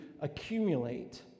accumulate